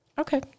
Okay